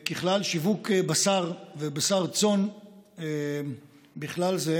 ככלל, שיווק בשר, ובשר צאן בכלל זה,